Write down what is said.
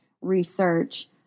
research